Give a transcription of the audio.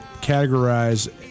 categorize